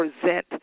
present